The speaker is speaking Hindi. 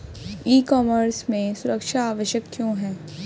ई कॉमर्स में सुरक्षा आवश्यक क्यों है?